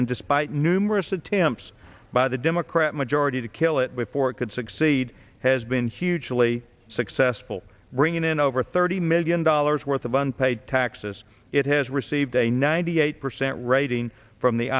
and despite numerous attempts by the democrat majority to kill it before it could succeed has been hugely successful bringing in over thirty million dollars worth of unpaid taxes it has received a ninety eight percent rating from the